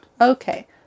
okay